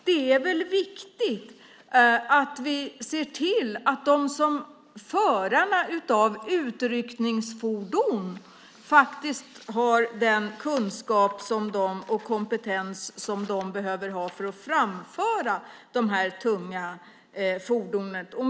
Det är viktigt att vi ser till att förarna av utryckningsfordonen har den kunskap och kompetens som de behöver ha för att framföra de här tunga fordonen.